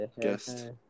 guest